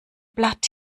blatt